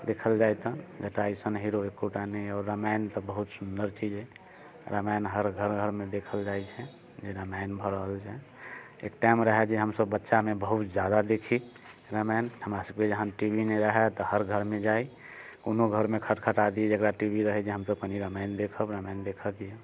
देखल जाइ तऽ जटायु सन हीरो एकोटा नहि अइ आओर रामायण तऽ बहुत सुन्दर चीज अइ रामायण हर घर घरमे देखल जाइ छै जे रामायण भऽ रहल छै एक टाइम रहै जे हमसब बच्चामे बहुत जादा देखी रामायण हमरा सबके जहन टी वी नहि रहै तऽ हर घरमे जाइ कोनो घरमे खटखटा दी जकरा टी वी रहै जे हमसब कनी रामायण देखब रामायण देखऽ दियऽ